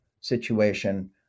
situation